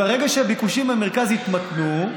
ברגע שהביקושים במרכז יתמתנו,